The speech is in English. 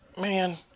man